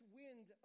wind